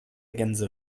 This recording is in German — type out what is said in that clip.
gänse